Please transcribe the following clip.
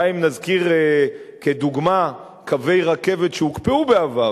די אם נזכיר כדוגמה קווי רכבת שהוקפאו בעבר,